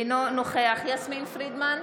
אינו נוכח יסמין פרידמן,